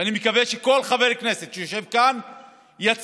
ואני מקווה שכל חבר כנסת שיושב כאן יצביע,